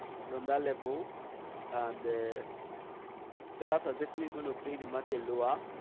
from that level and the sellers are definitely going to bring the market lower